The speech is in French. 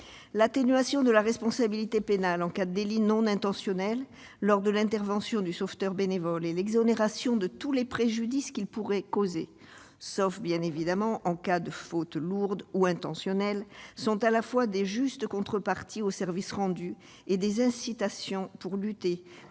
L'atténuation de la responsabilité pénale en cas de délit non intentionnel lors de l'intervention du sauveteur bénévole et l'exonération de tous les préjudices qu'il pourrait causer, sauf bien évidemment en cas de faute lourde ou intentionnelle, sont à la fois de justes contreparties au service rendu et des incitations pour lutter